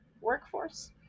workforce